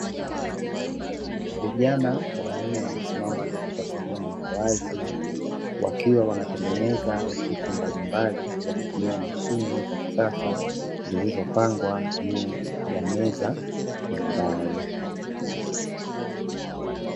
Vijana wanne wamesimama katika sehemu ya wazi wakiwa wanatengeneza vitu mbalimbali kwa kutumia mashine za kisasa, zilizopangwa juu ya meza ya mbao.